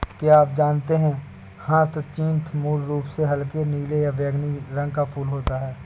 क्या आप जानते है ह्यचीन्थ मूल रूप से हल्के नीले या बैंगनी रंग का फूल होता है